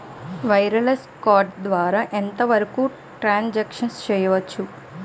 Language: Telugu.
వైర్లెస్ కార్డ్ ద్వారా ఎంత వరకు ట్రాన్ సాంక్షన్ చేయవచ్చు?